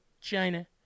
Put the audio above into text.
china